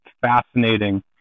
fascinating